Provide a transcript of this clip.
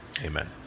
Amen